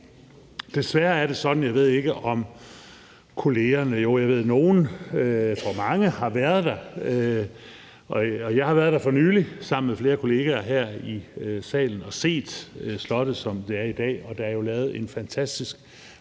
være med til at sikre formidlingen af det. Jeg ved, at nogle af kollegerne her været der. Jeg har været der for nylig sammen med flere kollegaer her fra salen og set slottet, som det er i dag, og der er jo lavet en fantastisk